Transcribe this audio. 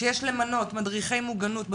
שיש למנות מדריכי מוגנות,